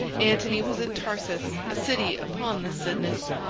antony was at tarsus, a city upon the cydnus,